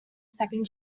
second